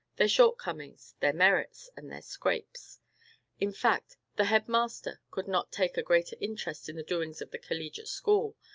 their shortcomings, their merits, and their scrapes in fact, the head-master could not take a greater interest in the doings of the collegiate school,